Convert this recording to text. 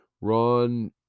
Ron